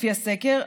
לפי הסקר,